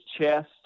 chest